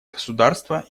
государства